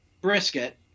brisket